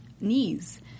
knees